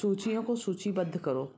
सूचियों को सूचिबद्ध करो